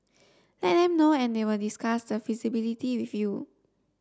let them know and they will discuss the feasibility with you